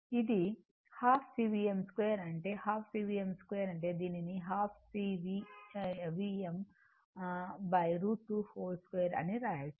ఇది ½ C Vm 2 అంటే ½CVm 2 అంటే దీనిని C Vm √ 2 2 అని వ్రాయవచ్చు